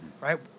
Right